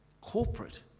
Corporate